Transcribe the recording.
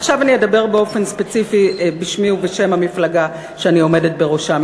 ועכשיו אני אדבר באופן ספציפי בשמי ובשם המפלגה שאני עומדת בראשה,